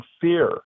fear